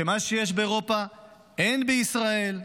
שמה שיש באירופה אין בישראל?